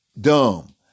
dumb